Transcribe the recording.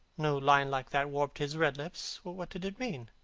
no line like that warped his red lips. what did it mean?